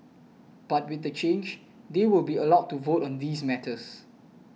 but with the change they will be allowed to vote on these matters